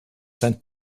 sent